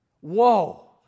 whoa